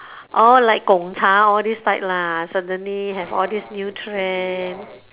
orh like gongcha all these type lah suddenly have all this new trend